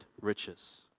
riches